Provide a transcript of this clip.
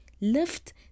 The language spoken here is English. lift